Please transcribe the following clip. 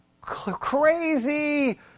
crazy